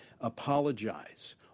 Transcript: apologize